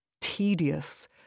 tedious